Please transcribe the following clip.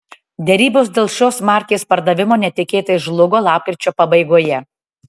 derybos dėl šios markės pardavimo netikėtai žlugo lapkričio pabaigoje